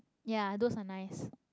ya those are nice